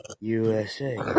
USA